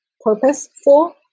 purposeful